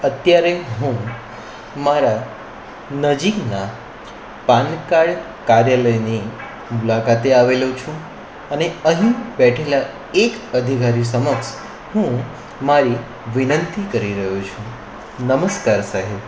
અત્યારે હું મારા નજીકનાં પાનકાર્ડ કાર્યાલયની મુલાકાતે આવેલો છું અને અહી બેઠેલા એક અધિકારી સમક્ષ હું મારી વિનંતી કરી રહ્યો છું નમસ્કાર સાહેબ